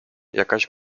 jakaś